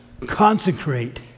Consecrate